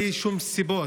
בלי סיבות.